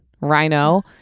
rhino